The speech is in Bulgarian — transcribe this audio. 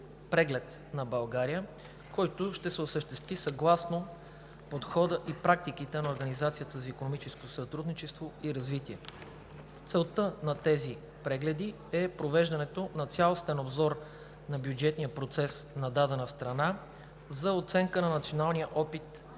преглед на България, който ще се осъществи съгласно подхода и практиките на Организацията за икономическо сътрудничество и развитие. Целта на тези прегледи е провеждането на цялостен обзор на бюджетния процес на дадена страна за оценка на националния опит